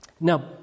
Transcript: now